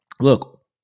look